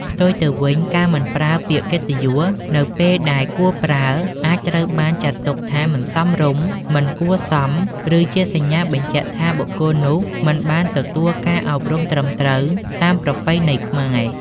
ផ្ទុយទៅវិញ ការមិនប្រើពាក្យកិត្តិយស នៅពេលដែលគួរប្រើ អាចត្រូវបានចាត់ទុកថាមិនសមរម្យ មិនគួរសម ឬជាសញ្ញាបញ្ជាក់ថាបុគ្គលនោះមិនបានទទួលការអប់រំត្រឹមត្រូវតាមប្រពៃណីខ្មែរ។